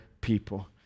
people